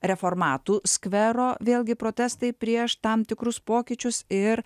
reformatų skvero vėlgi protestai prieš tam tikrus pokyčius ir